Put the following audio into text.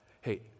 Hey